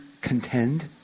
contend